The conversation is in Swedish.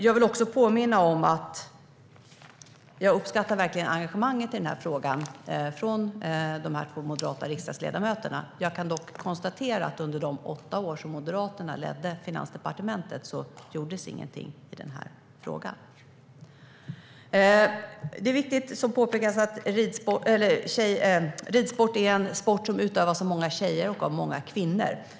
Jag uppskattar verkligen engagemanget i frågan från de två moderata riksdagsledamöterna. Jag kan dock påminna om och konstatera att under de åtta år som Moderaterna ledde Finansdepartementet gjordes ingenting i frågan. Som påpekas här är ridsport en sport som utövas av många tjejer och kvinnor.